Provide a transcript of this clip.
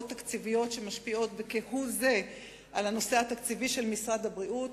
תקציביות שמשפיעות על הנושא התקציבי של משרד הבריאות,